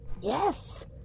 Yes